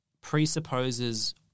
presupposes